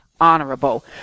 honorable